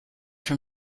from